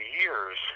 years